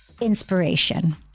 Inspiration